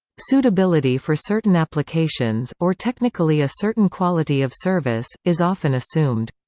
suitability for certain applications, or technically a certain quality of service, is often assumed.